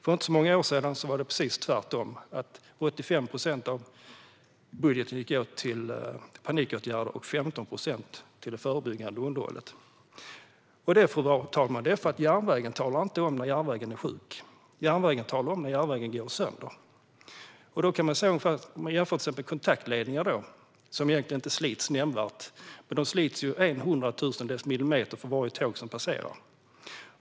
För inte så många år sedan var det precis tvärtom: 85 procent av budgeten gick åt till panikåtgärder och 15 procent till det förebyggande underhållet. Detta, fru talman, beror på att järnvägen inte talar om när järnvägen är sjuk. Järnvägen talar om när järnvägen går sönder. Kontaktledningar slits inte nämnvärt, men de slits en hundratusendels millimeter för varje tåg som passerar.